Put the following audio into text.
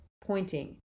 pointing